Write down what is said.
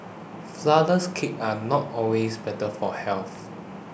Flourless Cakes are not always better for health